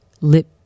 lip